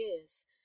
years